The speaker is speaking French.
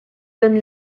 donne